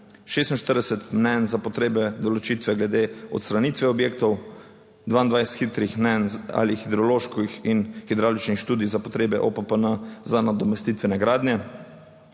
(Nadaljevanje) določitve glede odstranitve objektov, 22 hitrih mnenj ali hidroloških in hidravličnih študij za potrebe OPPN za nadomestitvene gradnje.